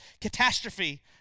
catastrophe